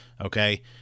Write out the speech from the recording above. Okay